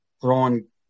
throwing